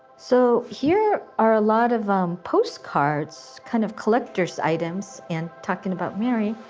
so here are a lot of postcards, kind of collector's items, and talking about mary,